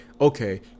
okay